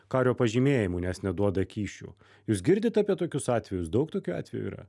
kario pažymėjimų nes neduoda kyšių jūs girdit apie tokius atvejus daug tokių atvejų yra